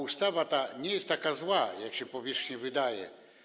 Ustawa ta nie jest taka zła, jak się powierzchownie wydaje.